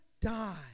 die